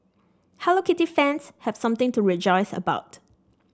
Hello Kitty fans have something to rejoice about